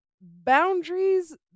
boundaries